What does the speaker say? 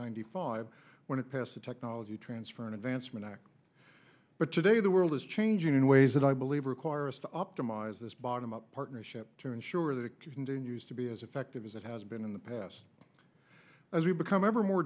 hundred five when it passed a technology transfer and advancement act but today the world is changing in ways that i believe require us to optimize this bottom up partnership to ensure that it continues to be as effective as it has been in the past as we become